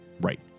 Right